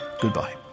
goodbye